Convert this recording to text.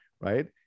right